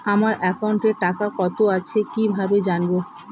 আমার একাউন্টে টাকা কত আছে কি ভাবে জানবো?